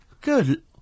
Good